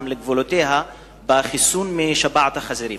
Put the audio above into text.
לגבולותיה בחיסון מפני שפעת החזירים,